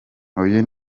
uyu